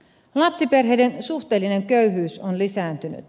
lapsiperheiden suhteellinen köyhyys on lisääntynyt